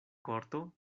korto